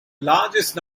largest